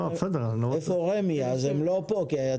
רמ"י לא פה.